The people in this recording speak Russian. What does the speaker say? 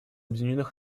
объединенных